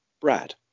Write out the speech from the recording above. Brad